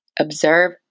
observe